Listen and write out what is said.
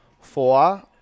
four